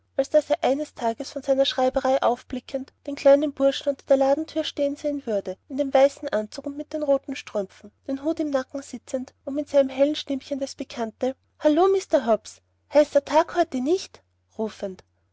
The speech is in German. daß er eines tages von seiner schreiberei aufblickend den kleinen burschen unter der ladenthür stehen sehen würde in dem weißen anzug mit den roten strümpfen den hut im nacken sitzend und mit seinem hellen stimmchen das bekannte hallo mr hobbs heißer tag heute nicht rufend